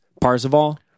Parzival